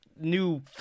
new